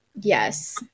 yes